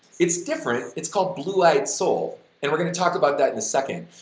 it's different, it's called blue-eyed soul and we're gonna talk about that in a second,